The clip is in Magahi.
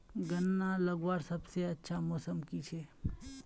गन्ना लगवार सबसे अच्छा मौसम की छे?